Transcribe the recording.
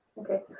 Okay